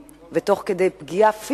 בתחום תוכנית המיתאר של מועצה אזורית